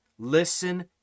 Listen